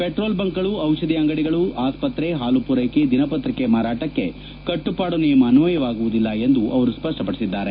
petrol ಬಂಕ್ಗಳು ದಿಷಧಿ ಅಂಗಡಿಗಳು ಆಸ್ಪತ್ರೆ ಹಾಲು ಪೂರೈಕೆ ದಿನಪತ್ರಿಕೆ ಮಾರಾಟಕ್ಕೆ ಕಟ್ಟುಪಾಡು ನಿಯಮ ಅನ್ವಯವಾಗುವುದಿಲ್ಲ ಎಂದು ಅವರು ಸ್ಪಷ್ಟಪಡಿಸಿದ್ದಾರೆ